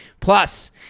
Plus